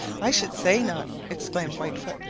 i should say not! exclaimed whitefoot.